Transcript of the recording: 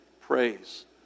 praise